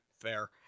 fair